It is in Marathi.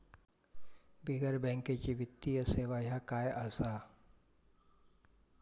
बिगर बँकेची वित्तीय सेवा ह्या काय असा?